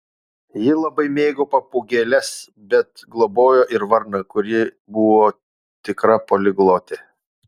ji labai mėgo papūgėles bet globojo ir varną kuri buvo tikra poliglotė